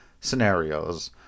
scenarios